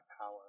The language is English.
power